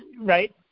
right